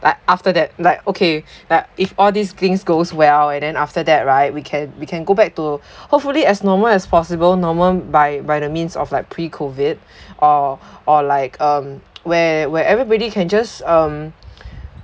like after that like okay that if all these things goes well and then after that right we can we can go back to hopefully as normal as possible normal by by the means of like pre COVID or or like um where where everybody can just um